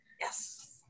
Yes